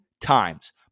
times